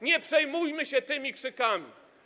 Nie przejmujmy się tymi krzykami.